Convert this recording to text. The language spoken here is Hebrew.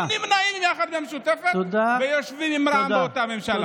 נמנעים יחד עם המשותפת ויושבים עם רע"מ באותה ממשלה?